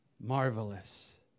marvelous